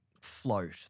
float